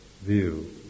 view